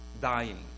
dying